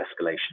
escalation